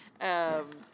Yes